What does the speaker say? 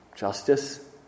Justice